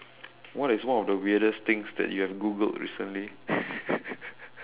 what is one of the weirdest things that you have Googled recently